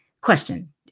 Question